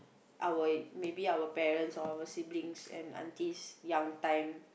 our maybe our parents or our siblings and aunties young time